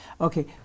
Okay